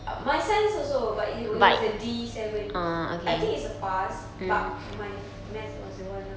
uh my science also but it was a D seven I think it's a pass but my math was the one ah